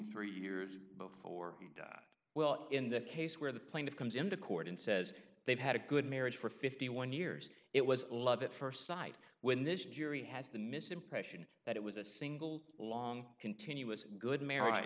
three years before he died well in that case where the playing of comes into court and says they've had a good marriage for fifty one years it was love at st sight when this jury has the misimpression that it was a single long continuous good mar